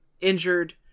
injured